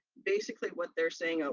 basically what they're saying, ah